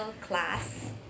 class